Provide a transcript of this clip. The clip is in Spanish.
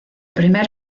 primer